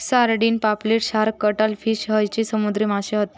sardine, पापलेट, shark, cuttlefish हयते समुद्री माशे हत